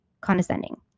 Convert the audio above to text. condescending